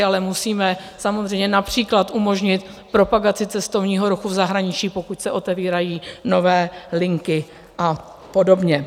Ale musíme samozřejmě například umožnit propagaci cestovního ruchu v zahraničí, pokud se otevírají nové linky a podobně.